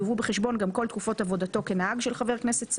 יובאו בחשבון גם כל תקופות עבודתו כנהג של חבר כנסת,